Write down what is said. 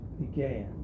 began